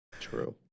True